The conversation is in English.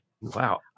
Wow